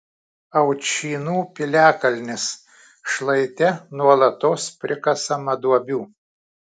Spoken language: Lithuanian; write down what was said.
aučynų piliakalnis šlaite nuolatos prikasama duobių